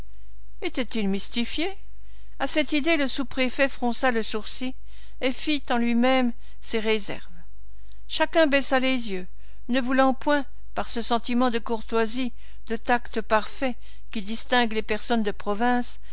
étaient-ils mystifiés à cette idée le sous-préfet fronça le sourcil et fit en lui-même ses réserves chacun baissa les yeux ne voulant point par ce sentiment de courtoisie de tact parfait qui distingue les personnes de province